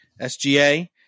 SGA